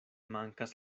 mankas